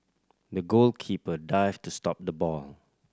the goalkeeper dived to stop the ball